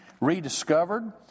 rediscovered